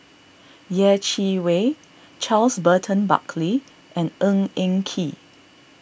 Yeh Chi Wei Charles Burton Buckley and Ng Eng Kee